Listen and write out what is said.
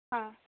ಹಾಂ